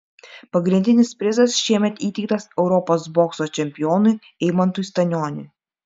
pagrindinis prizas šiemet įteiktas europos bokso čempionui eimantui stanioniui